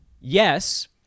Yes